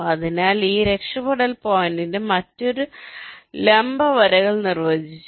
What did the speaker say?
അതിനാൽ ഈ രക്ഷപ്പെടൽ പോയിന്റിൽ നിങ്ങൾ മറ്റൊരു ലംബ വരകൾ നിർവചിച്ചു